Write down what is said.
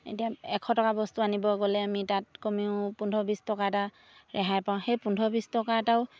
এতিয়া এশ টকা বস্তু আনিব গ'লে আমি তাত কমেও পোন্ধৰ বিছ টকা এটা ৰেহাই পাওঁ সেই পোন্ধৰ বিছ টকা এটাও